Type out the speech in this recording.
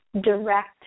direct